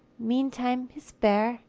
meantime his fare,